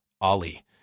Ali